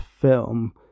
film